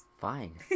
Fine